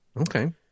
okay